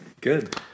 Good